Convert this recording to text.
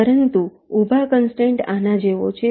પરંતુ ઊભા કનસ્ટ્રેન્ટ આના જેવો છે